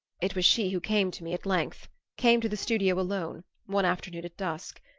it was she who came to me at length came to the studio alone, one afternoon at dusk.